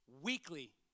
weekly